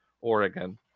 Oregon